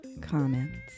comments